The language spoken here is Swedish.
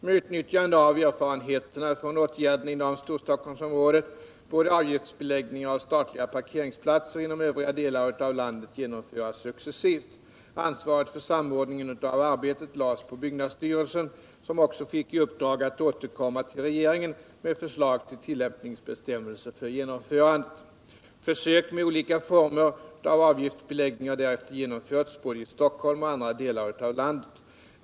Med utnyttjande av erfarenheterna från åtgärderna inom Storstockholmsområdet borde avgiftsbeläggning av statliga parkeringsplatser inom övriga delar av landet genomföras successivt. Ansvaret för samordningen av arbetet lades på byggnadsstyrelsen, som också fick i uppdrag att återkomma till regeringen med förslag till tillämpningsbestämmelser för genomförandet. Försök med olika former av avgiftsbeläggning har därefter genomförts både i Stockholm och i andra delar av landet.